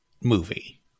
movie